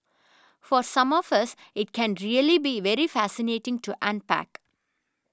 for some of us it can really be very fascinating to unpack